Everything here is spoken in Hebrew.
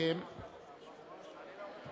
אני